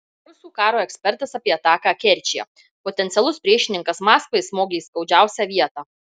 rusų karo ekspertas apie ataką kerčėje potencialus priešininkas maskvai smogė į skaudžiausią vietą